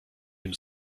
dem